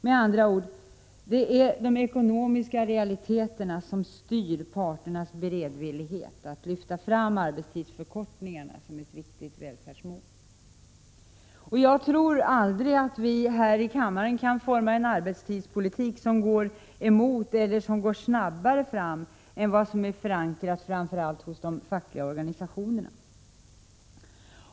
Det är med andra ord de ekonomiska realiteterna som styr parternas beredvillighet att lyfta fram arbetstidsförkortningarna som ett viktigt välfärdsmål. Jag tror inte att vi här i kammaren kan forma en arbetstidspolitik som går emot eller som går snabbare fram än vad som är förankrat hos framför allt de fackliga organisationerna.